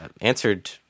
answered